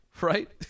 right